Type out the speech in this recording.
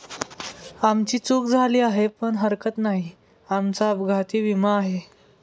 आमची चूक झाली आहे पण हरकत नाही, आमचा अपघाती विमा आहे